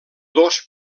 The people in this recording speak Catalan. dos